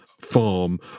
farm